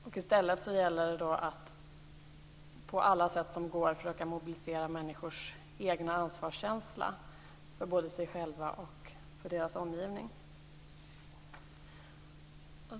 I stället gäller det att på alla sätt som går försöka mobilisera människors egen ansvarskänsla både vad gäller dem själva och deras omgivning.